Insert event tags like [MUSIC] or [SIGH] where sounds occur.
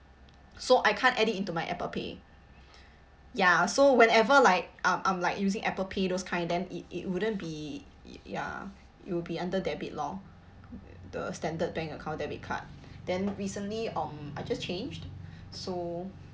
so I can't edit into my apple pay [BREATH] ya so whenever like uh I'm like using apple pay those kind then it it wouldn't be it ya it will be under debit lor the standard bank account debit card then recently um I just changed so